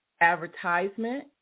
advertisement